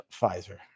Pfizer